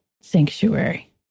sanctuary